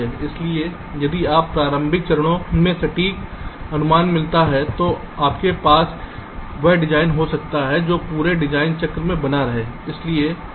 इसलिए यदि आपको प्रारंभिक चरणों में सटीक अनुमान मिलता है तो आपके पास वह डिज़ाइन हो सकता है जो पूरे डिज़ाइन चक्र में बना रहेगा